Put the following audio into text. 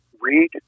read